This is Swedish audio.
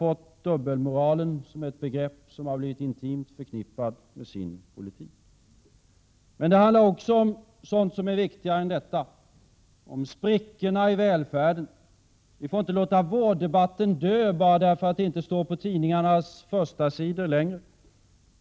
Socialdemokratin verkar säga ett och göra ett annat. Det handlar också om sådant som är viktigare än detta. Det handlar t.ex. om sprickorna i välfärden. Vi får inte låta vårddebatten dö bara för att den inte förekommer på tidningarnas förstasidor längre.